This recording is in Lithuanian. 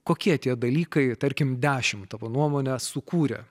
kokie tie dalykai tarkim dešimt tavo nuomone sukūrė